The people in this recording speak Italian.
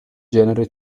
genere